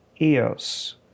Eos